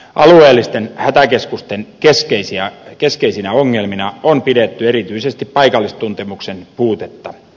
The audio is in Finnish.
alueellisten hätäkeskusten keskeisinä ongelmina on pidetty erityisesti paikallistuntemuksen puutetta